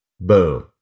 boom